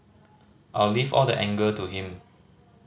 I'll leave all the anger to him